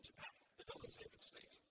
it doesn't save its state.